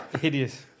Hideous